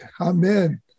Amen